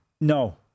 No